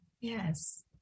Yes